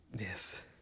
yes